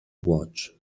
watch